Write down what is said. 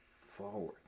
forward